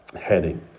heading